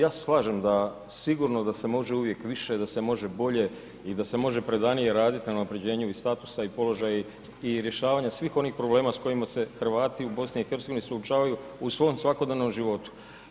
Ja se slažem da sigurno da se može uvijek više i da se može bolje i da se može predanije raditi i na unapređenju statusa i položaja i rješavanja svih onih problema s kojima se Hrvati u Bosni i Hercegovini suočavaju u svom svakodnevnom životu.